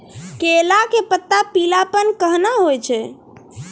केला के पत्ता पीलापन कहना हो छै?